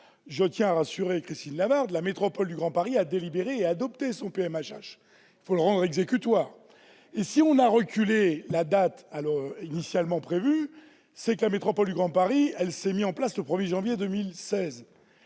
Je tiens à rassurer Christine Lavarde : la Métropole du Grand Paris a délibéré et a adopté son PMHH. Il faut rendre ce dernier exécutoire. Si on a reculé la date initialement prévue, c'est que la Métropole du Grand Paris s'est mise en place le 1 janvier 2016